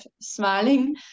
smiling